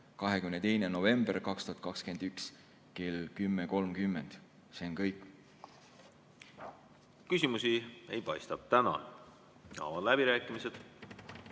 22. novembri 2021 kell 10.30. See on kõik. Küsimusi ei paista. Tänan! Avan läbirääkimised.